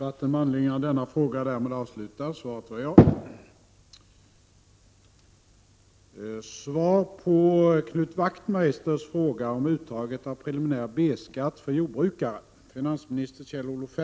Avser finansministern, med tanke på jordbrukets mycket besvärliga ekonomiska situtaiton, föreslå riksdagen en återgång till 100 96 uttag av preliminär B-skatt för denna yrkesgrupp?